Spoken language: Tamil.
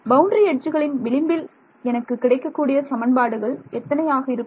பவுண்டரி எட்ஜுகளின் விளிம்பில் எனக்கு கிடைக்கக்கூடிய சமன்பாடுகள் எத்தனை ஆக இருக்கும்